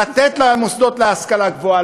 לתת להם מוסדות להשכלה גבוהה,